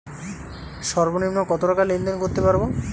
সর্বনিম্ন কত টাকা লেনদেন করতে পারবো?